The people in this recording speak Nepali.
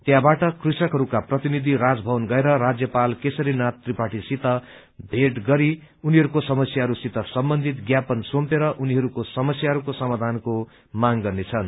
त्यहाँबाट कृषकहरूका प्रतिनिधि राजभवन गएर राज्यपाल केशरीनाथ त्रिपाठीसित भेट गरेर उनीहरूको समस्याहरू सित सम्बन्धित ज्ञापन सुम्पेर उनीहरूको समस्याहरूको समाधानको माग गर्नेछन्